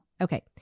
Okay